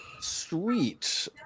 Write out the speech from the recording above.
Sweet